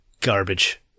Garbage